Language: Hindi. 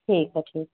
ठीक है ठीक